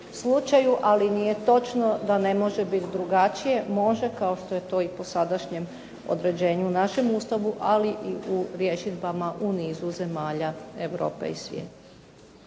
ali nije točno da ne može biti drugačije, može kao što je to i po sadašnjem određenju u našem Ustavu ali i u rješidbama u nizu zemalja Europe i svijeta.